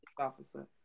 officer